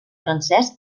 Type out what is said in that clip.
francès